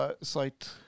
site